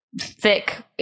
thick